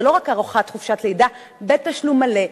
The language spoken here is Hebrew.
זה לא רק הארכת חופשת לידה בתשלום מלא,